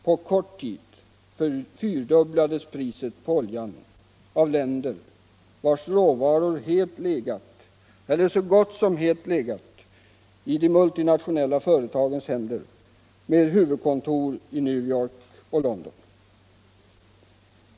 På kort tid fyrdubblades priset på oljan av länder, vars råvaror helt, eller så gott som helt hade behärskats av multinationella företag med huvudkontor i New York och London.